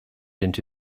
into